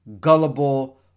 gullible